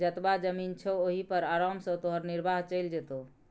जतबा जमीन छौ ओहि पर आराम सँ तोहर निर्वाह चलि जेतौ